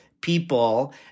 people